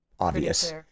obvious